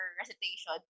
recitation